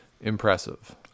impressive